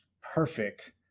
perfect